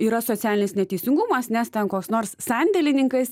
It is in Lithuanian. yra socialinis neteisingumas nes ten koks nors sandėlininkais